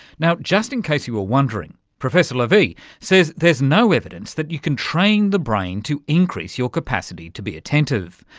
now, just in case you were ah wondering, professor lavie says there's no evidence that you can train the brain to increase your capacity to be attentive,